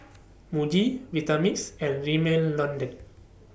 Muji Vitamix and Rimmel London